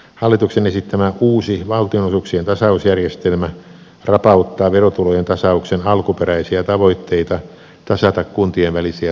hallituksen esittämä uusi valtionosuuksien tasausjärjestelmä rapauttaa verotulojen tasauksen alkuperäisiä tavoitteita tasata kuntien välisiä tuloeroja